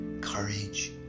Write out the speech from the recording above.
courage